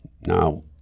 Now